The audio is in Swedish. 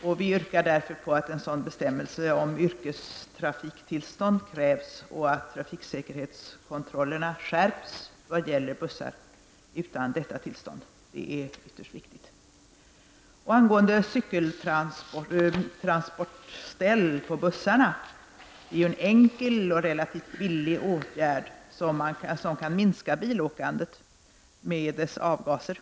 Vi yrkar därför på att en bestämmelse om yrkestrafiktillstånd skall krävas och att trafiksäkerhetskontrollerna skall skärpas när det gäller bussar utan detta tillstånd. Det är ytterst viktigt. Cykeltransportställ på bussar är en enkel och relativt billig åtgärd som kan minska bilåkandet och därmed avgaserna.